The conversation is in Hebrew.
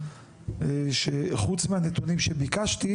חוץ מהנתונים שביקשתי,